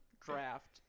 draft